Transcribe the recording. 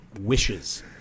wishes